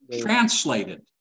translated